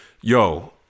yo